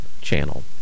channel